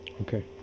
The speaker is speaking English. okay